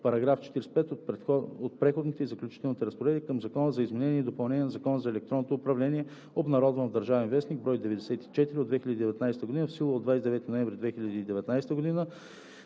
§ 45 от Преходните и заключителните разпоредби към Закона за изменение и допълнение на Закона за електронното управление (обнародван в „Държавен вестник“, бр. 94 от 2019 г., в сила от 29.11.2019 г.,